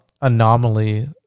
anomaly